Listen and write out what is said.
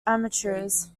amateurs